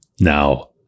Now